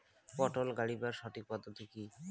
পটল গারিবার সঠিক পদ্ধতি কি?